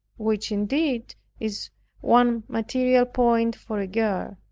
which indeed is one material point for a girl.